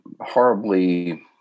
horribly